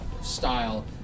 style